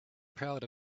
proud